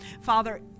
Father